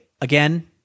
again